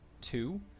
two